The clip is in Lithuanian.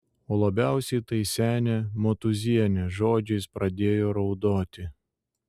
o labiausiai tai senė motūzienė žodžiais pradėjo raudoti